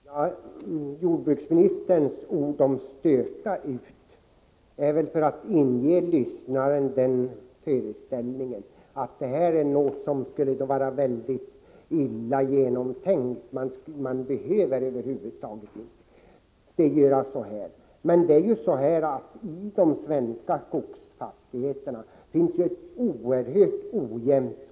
Fru talman! Jordbruksministerns ord om att ”störta ut” syftar väl till att ge lyssnaren den föreställningen att detta är någonting som skulle vara illa genomtänkt och att man över huvud taget inte behöver göra så här. Men tillståndet i de svenska skogsfastigheterna är oerhört ojämnt.